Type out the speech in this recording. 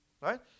right